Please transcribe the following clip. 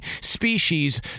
species